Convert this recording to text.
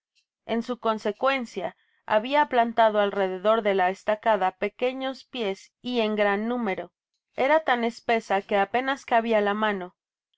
en su consecuencia habia plantado alrededor de la estacada pequeños pies y en gran número era tan espesa que apenas cabia la mano